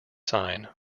sign